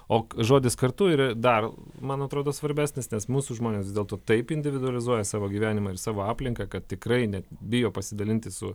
o žodis kartu yra dar man atrodo svarbesnis nes mūsų žmonės dėl to taip individualizuoja savo gyvenimą ir savo aplinką kad tikrai net bijo pasidalinti su